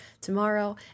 tomorrow